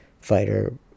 fighter